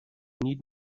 need